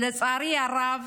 לצערי הרב,